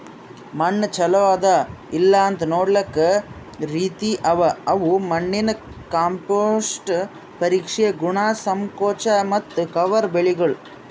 ಮಣ್ಣ ಚಲೋ ಅದಾ ಇಲ್ಲಾಅಂತ್ ನೊಡ್ಲುಕ್ ರೀತಿ ಅವಾ ಅವು ಮಣ್ಣಿನ ಕಾಂಪೋಸ್ಟ್, ಪರೀಕ್ಷೆ, ಗುಣ, ಸಂಕೋಚ ಮತ್ತ ಕವರ್ ಬೆಳಿಗೊಳ್